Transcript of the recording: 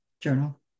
journal